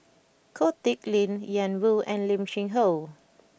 Ko Teck Kin Ian Woo and Lim Cheng Hoe